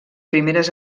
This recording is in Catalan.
primeres